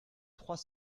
trois